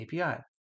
api